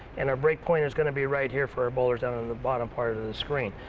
and our break point is going to be right here for our bowlers down on the bottom part of the screen.